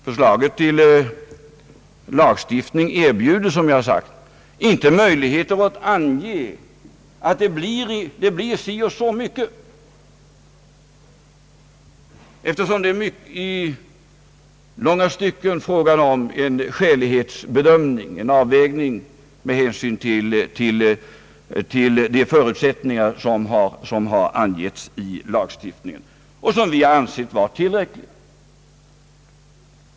Förslaget till lagstiftning erbjuder som jag förut sagt inte möjlighet att säga att det blir så och så mycket, eftersom det i långa stycken är fråga om en skälighetsbedömning, en avvägning med hänsyn till de förutsättningar som har angetts i lagstiftningen och som vi har ansett för tillräckliga.